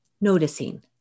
noticing